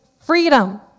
freedom